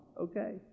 okay